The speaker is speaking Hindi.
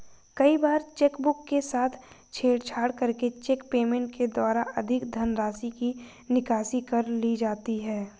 कई बार चेकबुक के साथ छेड़छाड़ करके चेक पेमेंट के द्वारा अधिक धनराशि की निकासी कर ली जाती है